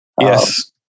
Yes